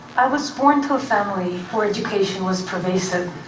i was born to a family where education was pervasive.